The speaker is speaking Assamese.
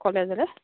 কলেজলৈ